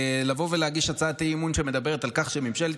להגיש הצעת אי-אמון שמדברת על כך שממשלת